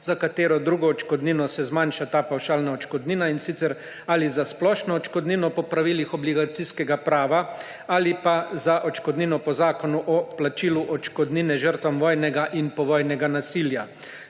za katero drugo odškodnino se zmanjša ta pavšalna odškodnina, in sicer ali za splošno odškodnino po pravilih obligacijskega prava ali pa za odškodnino po Zakonu o plačilu odškodnine žrtvam vojnega in povojnega nasilja.